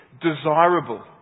desirable